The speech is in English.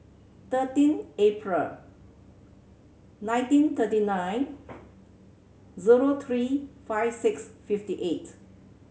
thirteen April nineteen thirty nine zero three five six fifty eight